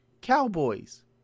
cowboys